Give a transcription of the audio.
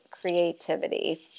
creativity